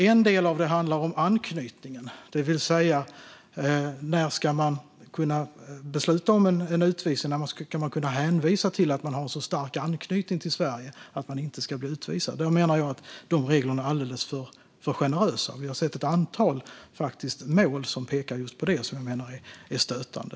En del handlar om anknytningen, det vill säga frågan om när ska man kunna hänvisa till att man har en så stark anknytning till Sverige att man inte ska bli utvisad. Där menar jag att reglerna är alldeles för generösa. Vi har sett ett antal mål som pekar just på det och som vi menar är stötande.